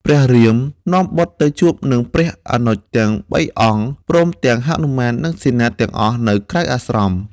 ព្រះរាមនាំបុត្រទៅជួបនឹងព្រះអនុជទាំងបីអង្គ ព្រមទាំងហនុមាននិងសេនាទាំងអស់នៅក្រៅអាស្រម។